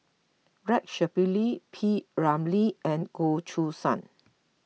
Rex Shelley P Ramlee and Goh Choo San